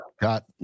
got